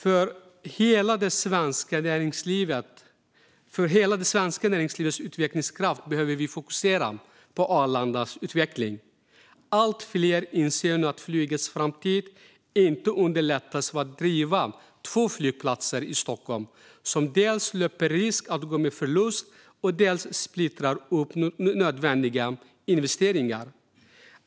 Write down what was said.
För hela det svenska näringslivets utvecklingskraft behöver vi fokusera på Arlandas utveckling. Allt fler inser nu att flygets framtid inte underlättas av att man driver två flygplatser i Stockholm som dels löper risk att gå med förlust, dels splittrar upp nödvändiga investeringar.